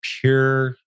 pure